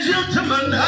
Gentlemen